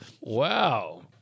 Wow